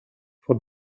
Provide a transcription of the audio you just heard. for